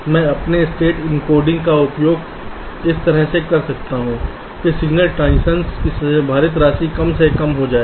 इसलिए मैं अपने स्टेट एन्कोडिंग का उपयोग इस तरह से कर सकता हूं कि सिग्नल ट्रांजीशनश की भारित राशि कम से कम हो जाए